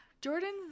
Jordan